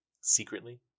secretly